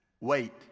Wait